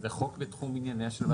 זה חוק מתחומי העיסוק של ועדת הכלכלה.